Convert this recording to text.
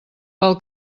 pel